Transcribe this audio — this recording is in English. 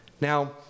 Now